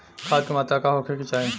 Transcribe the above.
खाध के मात्रा का होखे के चाही?